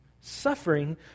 Suffering